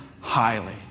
highly